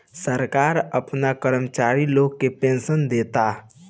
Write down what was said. सरकार आपना कर्मचारी लोग के पेनसन देता